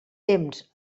temps